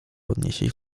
podnieśli